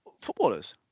footballers